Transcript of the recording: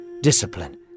discipline